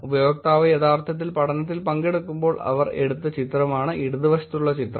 ഉപയോക്താവ് യഥാർത്ഥത്തിൽ പഠനത്തിൽ പങ്കെടുക്കുമ്പോൾ അവർ എടുത്ത ചിത്രമാണ് ഇടതുവശത്തുള്ള ചിത്രം